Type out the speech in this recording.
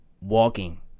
Walking